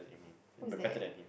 b~ better than him